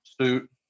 suit